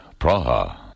Praha